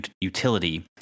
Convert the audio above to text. utility